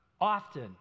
often